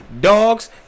dogs